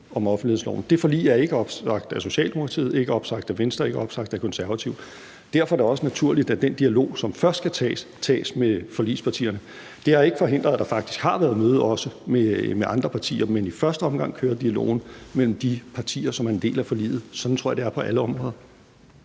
om offentlighedsloven, og det forlig er ikke opsagt af Socialdemokratiet, ikke opsagt af Venstre, ikke opsagt af Konservative. Derfor er det også naturligt, at den dialog, som først skal tages, tages med forligspartierne. Det har ikke forhindret, at der faktisk også har været møde med andre partier, men i første omgang kører dialogen mellem de partier, som er en del af forliget. Sådan tror jeg det er på alle områder.